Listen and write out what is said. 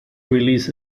released